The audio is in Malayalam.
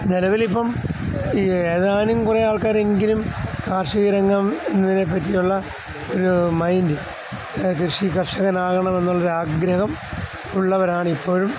നിലവിലിപ്പം ഏതാനും കുറെ ആൾക്കാരെങ്കിലും കാർഷികരംഗം എന്നതിനെ പറ്റിയുള്ള ഒരു മൈൻഡ് കൃഷി കർഷകനാകണമെന്നുള്ള ഒരു ആഗ്രഹം ഉള്ളവരാണ് ഇപ്പഴും